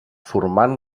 formant